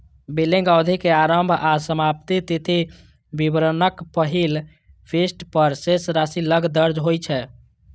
billing अवधि के आरंभ आ समाप्ति तिथि विवरणक पहिल पृष्ठ पर शेष राशि लग दर्ज होइ छै